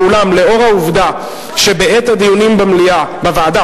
ואולם לאור העובדה שבעת הדיונים בוועדה